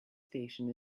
station